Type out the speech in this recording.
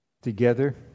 together